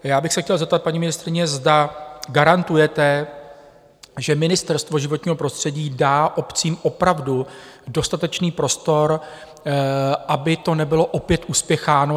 Já bych se chtěl zeptat paní ministryně, zda garantujete, že Ministerstvo životního prostředí dá obcím opravdu dostatečný prostor, aby to nebylo opět uspěcháno?